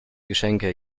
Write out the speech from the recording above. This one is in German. geschenke